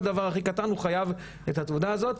כל דבר הכי קטן הוא חייב את התעודה הזו.